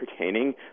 entertaining